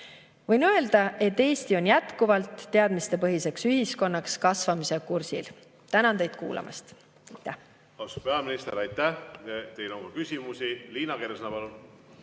Võin öelda, et Eesti on jätkuvalt teadmistepõhiseks ühiskonnaks kasvamise kursil. Tänan teid kuulamast!